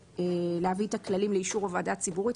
להביא את הכללים לאישור הוועדה הציבורית,